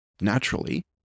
Naturally